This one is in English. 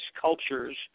cultures